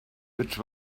which